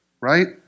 right